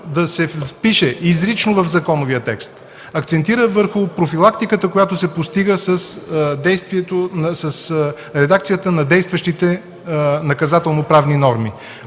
да се впише изрично в законовия текст, акцентира върху профилактиката, която се постига с редакцията на действащите наказателноправни норми.